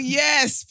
yes